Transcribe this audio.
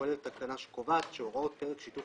כולל תקנה שקובעת שהוראות פרק שיתוף